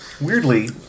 weirdly